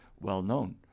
well-known